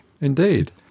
Indeed